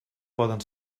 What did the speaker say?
poden